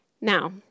Now